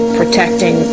protecting